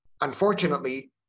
Unfortunately